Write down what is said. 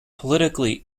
politically